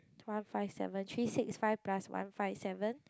one five seven three six five plus one five seven